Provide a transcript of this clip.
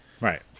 Right